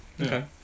Okay